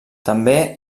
també